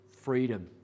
Freedom